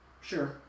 Sure